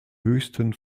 höchsten